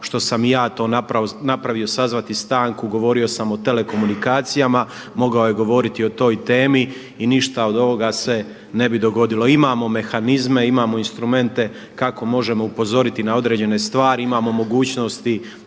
što sam i ja to napravio sazvati stanku, govorio sam o telekomunikacija, mogao je govoriti o toj temi i ništa od ovoga se ne bi dogodilo. Imamo mehanizme, imamo instrumente kako možemo upozoriti na određene stvari, imamo mogućnost